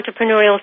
entrepreneurial